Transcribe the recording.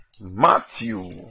Matthew